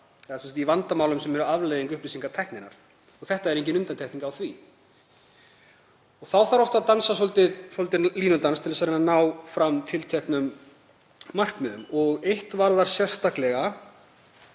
gjarnan í vandamálum sem eru afleiðing upplýsingatækninnar. Þetta er engin undantekning á því. Þá þarf oft að dansa línudans til að reyna að ná fram tilteknum markmiðum. Eitt varðar sérstaklega